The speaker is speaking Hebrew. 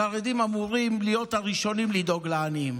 החרדים אמורים להיות הראשונים לדאוג לעניים.